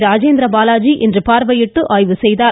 ராஜேந்திரபாலாஜி இன்று பார்வையிட்டு ஆய்வு செய்தார்